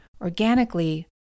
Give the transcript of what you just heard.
organically